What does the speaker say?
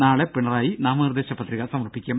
നാളെ പിണറായി നാമനിർദ്ദേശ പത്രിക സമർപ്പിക്കും